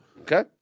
Okay